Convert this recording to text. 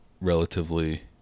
relatively